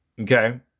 Okay